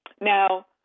Now